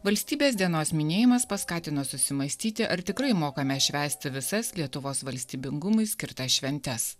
valstybės dienos minėjimas paskatino susimąstyti ar tikrai mokame švęsti visas lietuvos valstybingumui skirtas šventes